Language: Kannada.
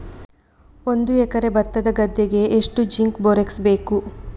ಒಂದು ಎಕರೆ ಭತ್ತದ ಗದ್ದೆಗೆ ಎಷ್ಟು ಜಿಂಕ್ ಬೋರೆಕ್ಸ್ ಬೇಕು?